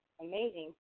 Amazing